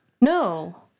no